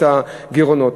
את הגירעונות.